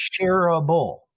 shareable